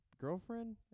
girlfriend